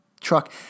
truck